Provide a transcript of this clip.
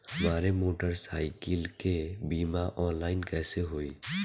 हमार मोटर साईकीलके बीमा ऑनलाइन कैसे होई?